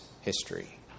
history